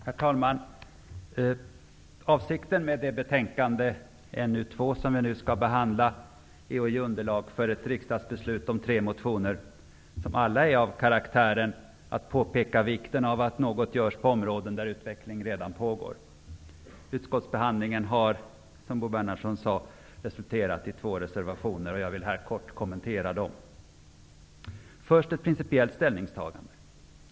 Herr talman! Avsikten med betänkande NU2 som vi nu skall behandla är att ge underlag för ett riksdagsbeslut om tre motioner som alla är av karaktären ''att påpeka vikten av att något görs på områden där utveckling redan pågår''. Utskottsbehandlingen har, som Bo Bernhardsson sade, resulterat i två reservationer. Jag vill här kortfattat kommentera dem. Först vill jag dock göra ett principiellt ställningstagande.